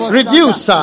Reduce